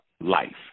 life